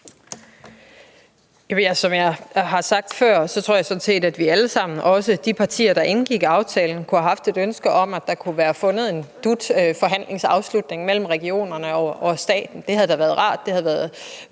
Som jeg har sagt før, tror jeg sådan set, at vi alle sammen, også de partier, der indgik aftalen, kunne have et ønske om, at der kunne have været fundet en DUT-forhandlingsafslutning mellem regionerne og staten. Det havde da været rart. Det havde også